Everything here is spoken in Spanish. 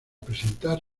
presentar